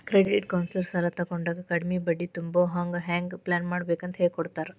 credit counsellor ಸಾಲಾ ತಗೊಂಡಾಗ ಕಡ್ಮಿ ಬಡ್ಡಿ ತುಂಬೊಹಂಗ್ ಹೆಂಗ್ ಪ್ಲಾನ್ಮಾಡ್ಬೇಕಂತ್ ಹೆಳಿಕೊಡ್ತಾರ